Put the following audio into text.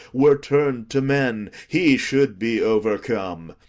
were turn'd to men, he should be overcome.